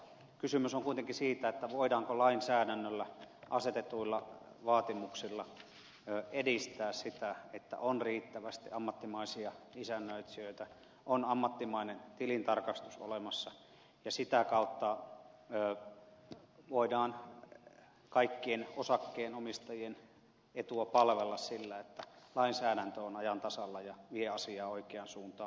kysymys on kuitenkin siitä voidaanko lainsäädännöllä asetetuilla vaatimuksilla edistää sitä että on riittävästi ammattimaisia isännöitsijöitä on ammattimainen tilintarkastus olemassa ja sitä kautta voidaan kaikkien osakkeenomistajien etua palvella sillä että lainsäädäntö on ajan tasalla ja vie asiaa oikeaan suuntaan